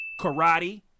Karate